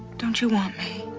don't you want me?